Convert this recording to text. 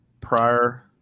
prior